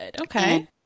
Okay